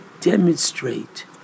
demonstrate